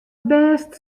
bêst